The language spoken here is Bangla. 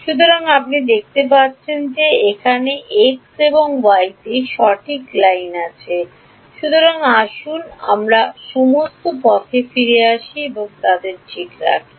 সুতরাং আপনি দেখতে পাচ্ছেন যে এগুলি x এবং y তে সঠিক line সুতরাং আসুন আমরা সমস্ত পথে ফিরে আসি এবং তাদের ঠিক রাখি